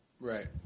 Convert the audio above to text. Right